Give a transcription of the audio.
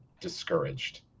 discouraged